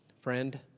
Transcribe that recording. friend